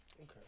okay